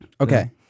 Okay